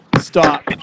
Stop